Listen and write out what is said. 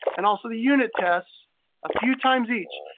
and also the unit tests a few times each.